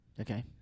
Okay